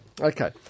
Okay